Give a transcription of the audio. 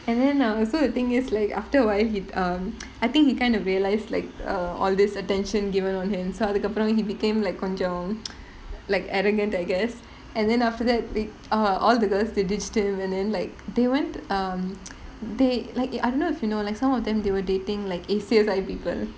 and then now also the thing is like after awhile he would um I think he kind of realise like err all this attention given on him so அதுக்கப்புறம்:athukkappuram he became like கொஞ்சம்:konjam like arrogant I guess and then after the~ uh all the girls they ditched him and then like they went um they like I don't know if you know like some of them they were dating like A_C_S_I people